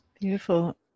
beautiful